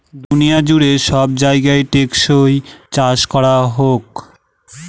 দুনিয়া জুড়ে সব জায়গায় টেকসই চাষ করা হোক